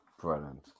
Brilliant